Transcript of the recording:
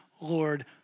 Lord